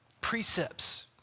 precepts